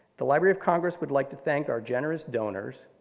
the library of congress would like to thank our generous donors,